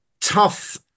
Tough